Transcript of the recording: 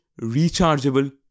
rechargeable